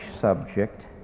subject